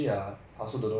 um